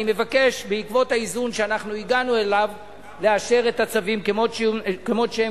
אני מבקש בעקבות האיזון שהגענו אליו לאשר את הצווים כמו שהם.